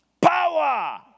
power